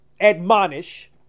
admonish